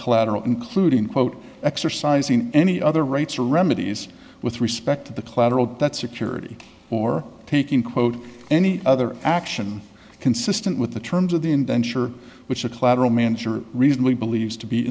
collateral including quote exercising any other rights or remedies with respect to the collateral that security or taking quote any other action consistent with the terms of the indenture which the collateral manager reasonably believes to be